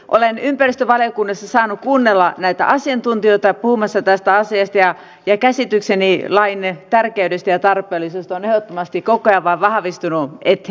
olen ympäristövaliokunnassa saanut kuunnella asiantuntijoita puhumassa tästä asiasta ja käsitykseni lain tärkeydestä ja tarpeellisuudesta on ehdottomasti koko ajan vain vahvistunut eteenpäin